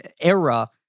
era